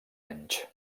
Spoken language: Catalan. anys